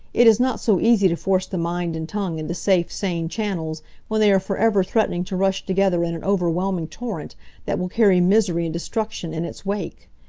it is not so easy to force the mind and tongue into safe, sane channels when they are forever threatening to rush together in an overwhelming torrent that will carry misery and destruction in its wake.